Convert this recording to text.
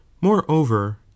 Moreover